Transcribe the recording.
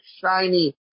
shiny